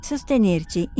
Sostenerci